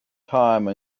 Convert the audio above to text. time